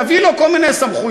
נביא לו כל מיני סמכויות,